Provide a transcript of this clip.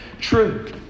true